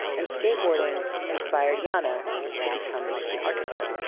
and skateboarding inspired janne ah to become an architect.